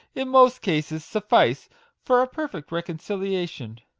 in most cases, suffice for a perfect reconciliation.